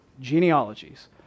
genealogies